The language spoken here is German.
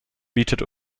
bietet